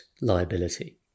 liability